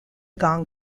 gong